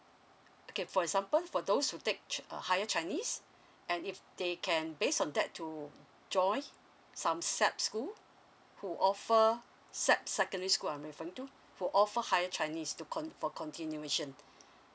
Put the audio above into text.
okay for example for those who take ch~ a higher chinese and if they can based on that to join some S_A_P school who offer S_A_P secondary school I'm referring to for all four higher chinese to con~ for continuation